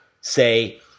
say